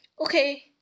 okay